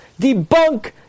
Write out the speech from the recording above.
debunk